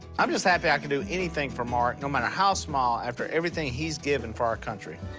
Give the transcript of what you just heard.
i'm just happy i could do anything for mark, no matter how small, after everything he's given for our country.